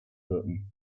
wirken